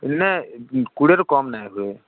ଏଇନେ କୋଡ଼ିଏରୁ କମ୍ ନାଇଁ ଏବେ